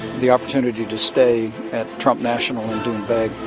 the opportunity to stay at trump national and dubai.